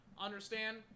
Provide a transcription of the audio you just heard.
understand